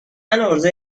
عرضه